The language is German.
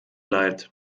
leid